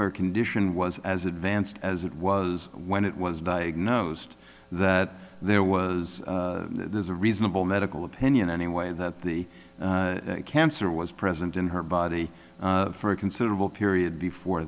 her condition was as advanced as it was when it was diagnosed that there was there's a reasonable medical opinion anyway that the cancer was present in her body for a considerable period before